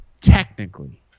technically